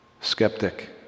Skeptic